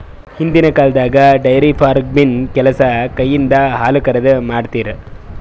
ಹಿಂದಿನ್ ಕಾಲ್ದಾಗ dairy farming ಕೆಲಸವು ಕೈಯಿಂದ ಹಾಲುಕರೆದು, ಮಾಡ್ತಿರು